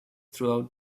throughout